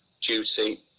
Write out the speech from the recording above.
duty